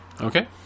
okay